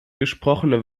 gesprochene